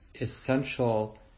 essential